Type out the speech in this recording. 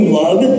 love